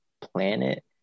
planet